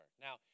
Now